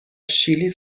شیلی